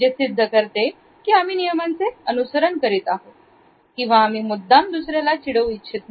जे सिद्ध करते की आम्ही नियमांचे अनुसरण करीत आहो किंवा आम्ही मुद्दाम दुसऱ्याला चिडवू इच्छित नाही